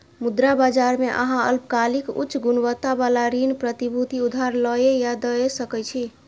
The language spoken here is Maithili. मुद्रा बाजार मे अहां अल्पकालिक, उच्च गुणवत्ता बला ऋण प्रतिभूति उधार लए या दै सकै छी